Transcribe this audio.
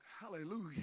Hallelujah